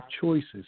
choices